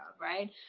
right